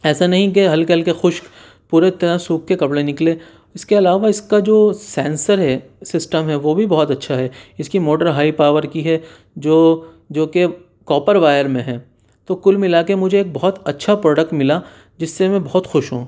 ایسا نہیں کہ ہلکے ہلکے خشک پورے طرح سوکھ کے کپڑے نکلے اس کے علاوہ اس کا جو سینسر ہے سسٹم ہے وہ بھی بہت اچھا ہے اس کی موٹر ہائی پاور کی ہے جو جو کہ کوپر وائر میں ہے تو کل ملا کے مجھے ایک بہت اچھا پروڈکٹ ملا جس سے میں بہت خوش ہوں